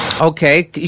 Okay